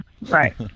right